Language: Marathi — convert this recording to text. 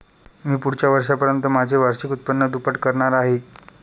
मी पुढच्या वर्षापर्यंत माझे वार्षिक उत्पन्न दुप्पट करणार आहे